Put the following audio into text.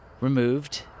removed